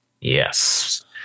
Yes